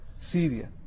Syria